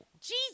Jesus